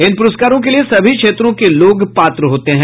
इन पुरस्कारों के लिए सभी क्षेत्रों के लोग पात्र होते हैं